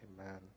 Amen